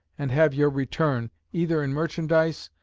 and have your return, either in merchandise,